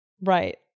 Right